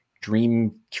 dream